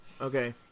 okay